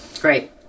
Great